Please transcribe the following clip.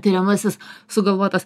tiriamasis sugalvotas